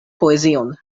poezion